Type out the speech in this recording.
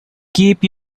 keep